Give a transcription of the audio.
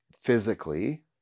physically